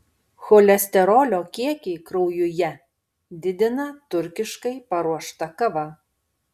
cholesterolio kiekį kraujuje didina turkiškai paruošta kava